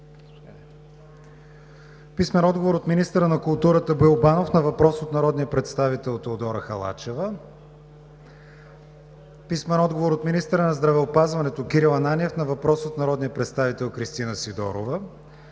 Петър Кънев; - министъра на културата Боил Банов на въпрос от народния представител Теодора Халачева; - министъра на здравеопазването Кирил Ананиев на въпрос от народния представител Кристина Сидорова;